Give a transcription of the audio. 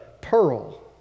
pearl